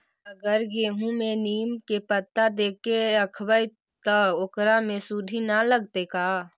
अगर गेहूं में नीम के पता देके यखबै त ओकरा में सुढि न लगतै का?